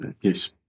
yes